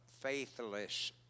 faithless